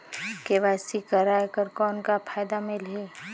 KYC कराय कर कौन का फायदा मिलही?